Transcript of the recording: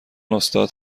استاد